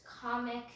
comic